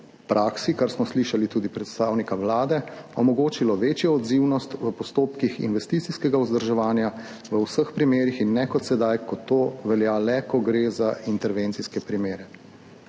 praksi, kot smo slišali tudi predstavnika Vlade, omogočilo večjo odzivnost v postopkih investicijskega vzdrževanja v vseh primerih in ne kot sedaj, ko to velja le, ko gre za intervencijske primere.